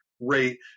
rate